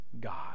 God